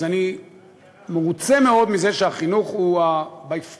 אז אני מרוצה מאוד מזה שהחינוך הוא by far,